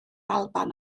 alban